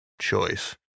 choice